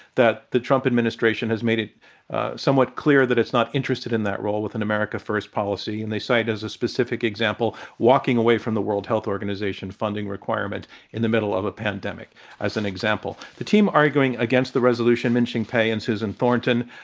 that the trump administration has made it somewhat clear that it's not interested in that role with an america first policy. and they cite, as a specific example, walking away from the world health organization funding requirement in the middle of a pandemic as an example. the team arguing against the resolution mentioning minxin pei and suzanne thornton,